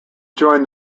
join